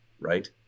right